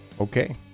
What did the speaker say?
Okay